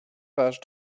page